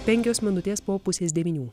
penkios minutės po pusės devynių